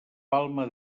palma